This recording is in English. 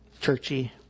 churchy